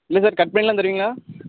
இல்லை sir cut பண்ணிடலாம் தருவீங்களா